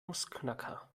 nussknacker